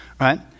right